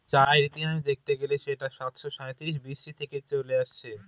চায়ের ইতিহাস দেখতে গেলে সেটা সাতাশো সাঁইত্রিশ বি.সি থেকে চলে আসছে